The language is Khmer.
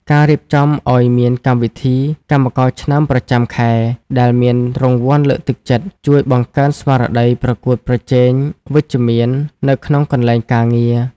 ការរៀបចំឱ្យមានកម្មវិធី "កម្មករឆ្នើមប្រចាំខែ" ដែលមានរង្វាន់លើកទឹកចិត្ត ជួយបង្កើនស្មារតីប្រកួតប្រជែងវិជ្ជមាននៅក្នុងកន្លែងការងារ។